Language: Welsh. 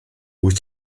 wyt